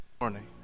morning